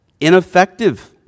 ineffective